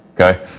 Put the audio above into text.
Okay